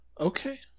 Okay